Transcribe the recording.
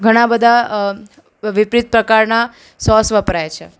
ઘણા બધા વિપરીત પ્રકારના સોસ વપરાય છે